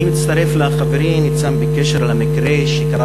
אני מצטרף לחברי ניצן בקשר למקרה שקרה